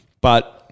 But-